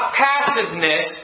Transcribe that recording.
passiveness